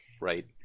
right